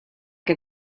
que